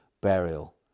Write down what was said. burial